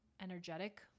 energetic